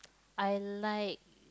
I like